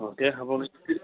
okay അപ്പം